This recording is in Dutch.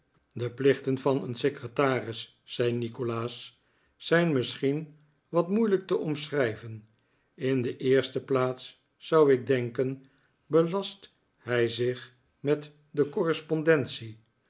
de plichten van een secretaris zei nikolaas zijn misschien wat moeilijk te omschrijven in de eerste plaats zou ik denken belast hij zich met de correspondentie